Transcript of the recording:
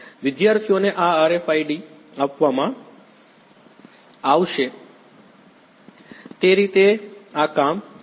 વિદ્યાર્થીઓને આ RFIDs આપવામાં આવશે તે રીતે આ કામ કરશે